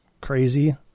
crazy